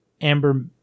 Amber